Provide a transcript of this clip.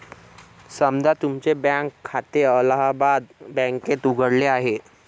समजा तुमचे बँक खाते अलाहाबाद बँकेत उघडले आहे